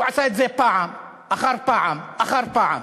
הוא עשה את זה פעם אחר פעם אחר פעם.